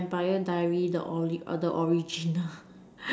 Vampire diary the ori the original